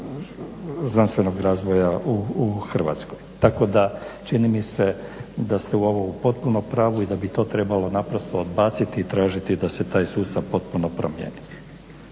znanstvenog razvoja u Hrvatskoj. Tako da čini mi se da ste ovo potpuno u pravu i da bi to trebalo naprosto odbaciti i tražiti da se taj sustav potpuno promijeni.